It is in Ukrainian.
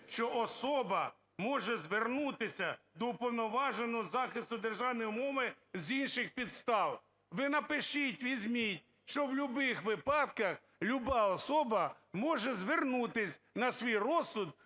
що особа може звернутися до Уповноваженого із захисту державної мови з інших підстав. Ви напишіть візьміть, що в любих випадках люба особа може звернутись на свій розсуд